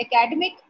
Academic